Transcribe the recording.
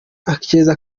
akeza